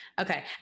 Okay